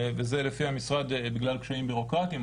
וזה לפי המשרד, בגלל קשיים בירוקרטיים.